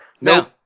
no